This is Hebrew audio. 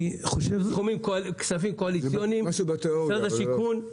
זה כספים קואליציוניים, משרד השיכון.